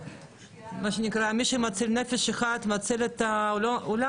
מה שנקרא מי שמציל נפש אחת מציל את העולם.